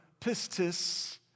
pistis